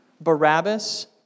Barabbas